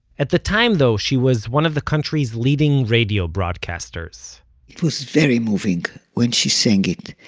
at the time, though, she was one of the country's leading radio broadcasters it was very moving when she sang it.